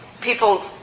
People